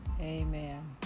Amen